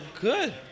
good